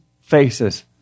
faces